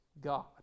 God